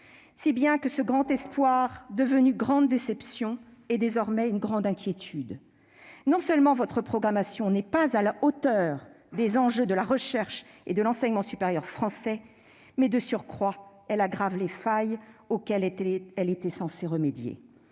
si bien que ce grand espoir devenu grande déception est désormais une grande inquiétude. Non seulement votre programmation n'est pas à la hauteur des enjeux de la recherche et de l'enseignement supérieur français, mais, de surcroît, elle aggrave les failles auxquelles elle était censée remédier.